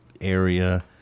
area